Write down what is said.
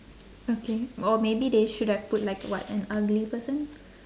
okay or maybe they should have put like what an ugly person